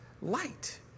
light